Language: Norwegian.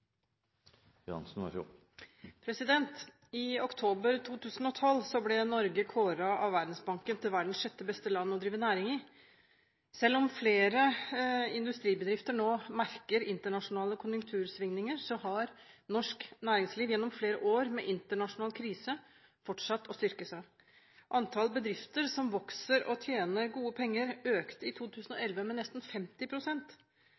I oktober 2012 ble Norge kåret av Verdensbanken til verdens sjette beste land å drive næring i. Selv om flere industribedrifter nå merker internasjonale konjunktursvingninger, har norsk næringsliv gjennom flere år med internasjonal krise fortsatt å styrke seg. Antall bedrifter som vokser og tjener gode penger, økte i